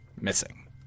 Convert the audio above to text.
missing